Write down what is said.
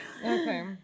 Okay